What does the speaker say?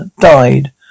Died